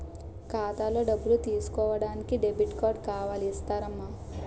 ఖాతాలో డబ్బులు తీసుకోడానికి డెబిట్ కార్డు కావాలి ఇస్తారమ్మా